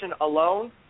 alone